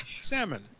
Salmon